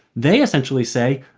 they essentially say,